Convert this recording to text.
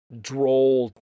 droll